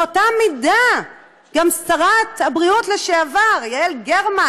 באותה מידה גם שרת הבריאות לשעבר, יעל גרמן